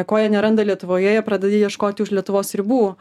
ko jie neranda lietuvoje jie pradeda ieškoti už lietuvos ribų